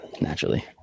Naturally